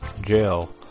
jail